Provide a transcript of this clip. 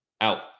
Out